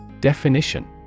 Definition